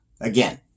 Again